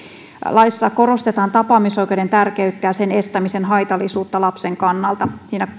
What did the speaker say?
laissa korostetaan tapaamisoikeuden tärkeyttä ja sen estämisen haitallisuutta lapsen kannalta